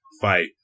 fight